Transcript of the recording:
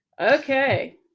Okay